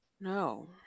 no